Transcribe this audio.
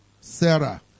Sarah